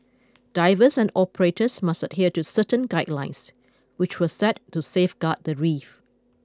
divers and operators must adhere to certain guidelines which were set to safeguard the reef